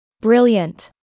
Brilliant